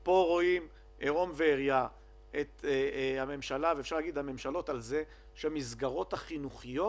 אני חושב שרואים עירום ועריה את הממשלה בכך שהמסגרות החינוכיות